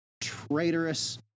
traitorous